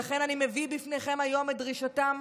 "לכן אני מביא בפניכם היום את דרישתם,